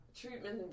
treatment